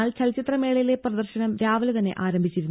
എന്നാൽ ചലച്ചിത്ര മേളയിലെ പ്രദർശനം രാവിലെ തന്നെ ആരംഭിച്ചിരുന്നു